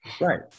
right